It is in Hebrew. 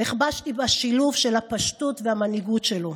נכבשתי בשילוב של הפשטות והמנהיגות שלו.